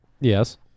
Yes